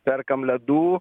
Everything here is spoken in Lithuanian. perkam ledų